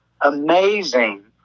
amazing